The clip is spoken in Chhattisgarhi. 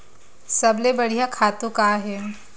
सबले बढ़िया खातु का हे?